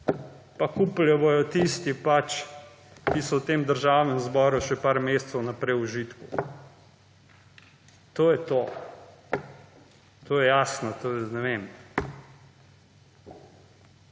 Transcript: Pa kupili jo bojo tisti pač, ki so v tem Državnem zboru še par mesecev naprej v užitku. To je to, to je jasno, ne vem.